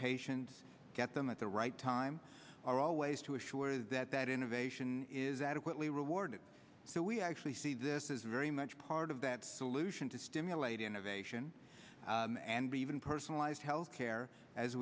patients get them at the right time are all ways to assure that that innovation is adequately rewarded so we actually see this is very much part of that solution to stimulate innovation and be even personalized healthcare as